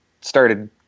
started